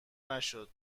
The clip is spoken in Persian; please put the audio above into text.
نشد